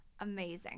amazing